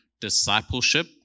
discipleship